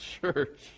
church